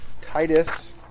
Titus